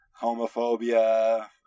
homophobia